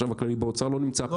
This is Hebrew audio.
החשב הכללי באוצר לא נמצא פה,